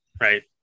right